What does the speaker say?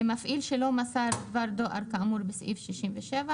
מפעיל שלא מסר דבר דואר כאמור בסעיף 67,